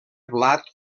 blat